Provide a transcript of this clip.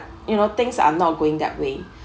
you know things are not going that way